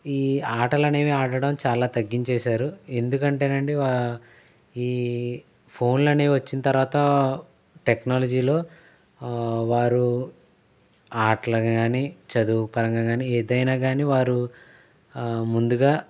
ఈ ఆటలు అనేవి ఆడటం చాలా తగ్గించేశారు ఎందుకంటేనండి ఈ ఫోన్లు అనేవి వచ్చిన తర్వాత టెక్నాలజీ లో వారు ఆటలు గాని చదువుపరంగా కాని ఏదైనా కాని వారు ముందుగా